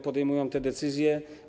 Podejmują te decyzje.